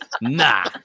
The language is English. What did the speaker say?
nah